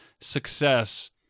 success